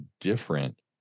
different